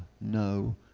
no